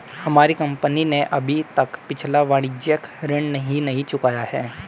हमारी कंपनी ने अभी तक पिछला वाणिज्यिक ऋण ही नहीं चुकाया है